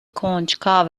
کنجکاو